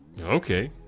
Okay